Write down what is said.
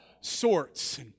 sorts